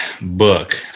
book